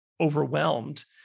overwhelmed